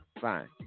fine